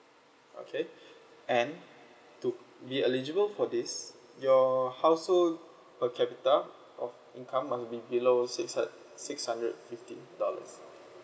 okay and to be eligible for this your household per capita of income must be below six hun~ six hundred fifty dollars